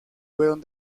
fueron